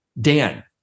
Dan